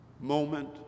Moment